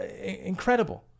incredible